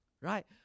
Right